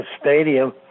stadium